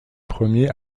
premiers